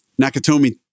Nakatomi